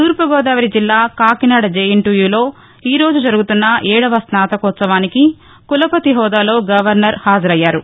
తూర్పుగోదావరి జిల్లా కాకినాడ జేఎన్టీయూలో ఈరోజు జరుగుతున్న ఏడో స్నాతకోత్సవానికి కులపతి హిూదాలో గవర్నర్ హాజరయ్యారు